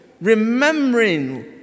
remembering